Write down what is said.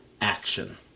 action